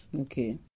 Okay